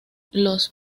los